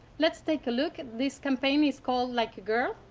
let's take a look, this campaign is called like a girl.